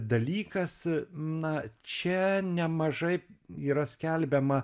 dalykas na čia nemažai yra skelbiama